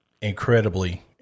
incredibly